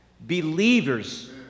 Believers